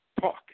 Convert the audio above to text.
talk